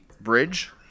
bridge